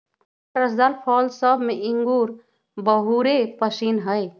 हमरा रसदार फल सभ में इंगूर बहुरे पशिन्न हइ